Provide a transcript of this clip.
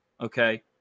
okay